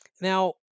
Now